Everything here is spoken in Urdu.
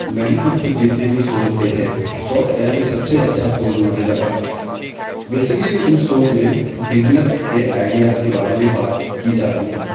میں نے اب تک جتنے بھی سوز دیکھے سوک ٹائم سب سے اچھا سوز مجھے لگا بیسیکلی اس سوز میں بزنس کے آئیڈیاز کے بارے میں بات کی جاتی ہے